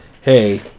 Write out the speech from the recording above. hey